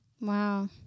Wow